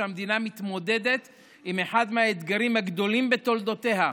כשהמדינה מתמודדת עם אחד מהאתגרים הגדולים בתולדותיה,